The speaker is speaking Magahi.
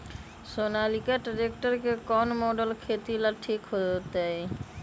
सोनालिका ट्रेक्टर के कौन मॉडल खेती ला ठीक होतै?